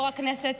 יו"ר הישיבה,